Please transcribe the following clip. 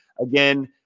again